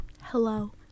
Hello